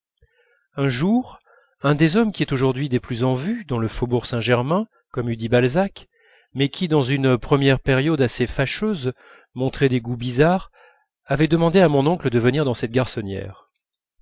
un jour un des hommes qui est aujourd'hui des plus en vue dans le faubourg saint-germain comme eût dit balzac mais qui dans une première période assez fâcheuse montrait des goûts bizarres avait demandé à mon oncle de venir dans cette garçonnière